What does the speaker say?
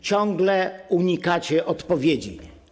Ciągle unikacie odpowiedzi.